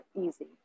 easy